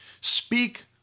speak